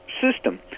system